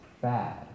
bad